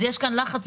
יש פה לחץ.